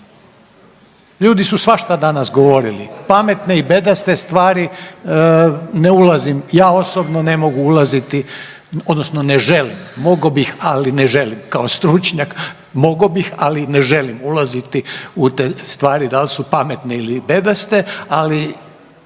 Ljudi su svašta danas govorili. Pametne i bedaste stvari ne ulazim. Ja osobno ne mogu ulaziti, odnosno ne želim. Mogao bih ali ne želim. Kao stručnjak mogao bih, ali ne želim ulaziti u te stvari da li su pametne ili bedaste. Ali